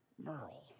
Merle